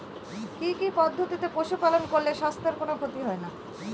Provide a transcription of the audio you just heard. কি কি পদ্ধতিতে পশু পালন করলে স্বাস্থ্যের কোন ক্ষতি হয় না?